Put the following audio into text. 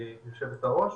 יושבת הראש.